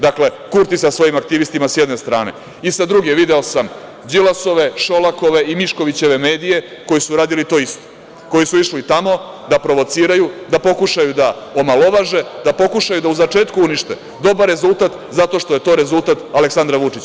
Dakle, Kurti sa svojim aktivistima, sa jedne strane i sa druge video sam Đilasove, Šolakove i Miškovićeve medije koji su radili to isto, koji su išli tamo da provociraju da pokušaju da omalovaže, da pokušaju da začetku unište dobar rezultat zato što je to rezultat Aleksandra Vučića.